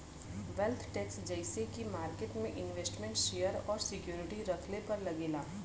wealth tax जइसे की market में इन्वेस्टमेन्ट शेयर और सिक्योरिटी रखले पर लगेला